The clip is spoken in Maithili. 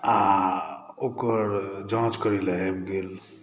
आ ओकर जाँच करै लऽ आबि गेल